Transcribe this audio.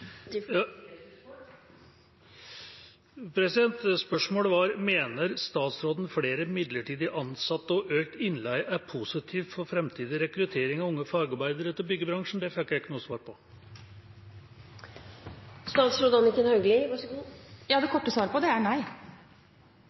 Spørsmålet var: Mener statsråden at flere midlertidig ansatte og økt innleie er positivt for framtidig rekruttering av unge fagarbeidere til byggebransjen? Det fikk jeg ikke svar på. Det korte svaret på det er nei.